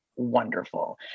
wonderful